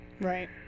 Right